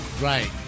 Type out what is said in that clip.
Right